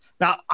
Now